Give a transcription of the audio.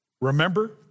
Remember